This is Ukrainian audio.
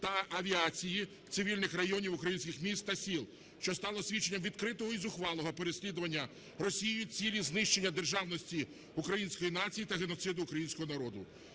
та авіації цивільних районів українських міст та сіл, що стало свідченням відкритого і зухвалого переслідування Росією цілі знищення державності української нації та геноциду українського народу.